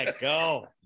go